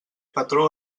patró